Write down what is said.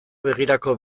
begirako